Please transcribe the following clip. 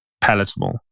palatable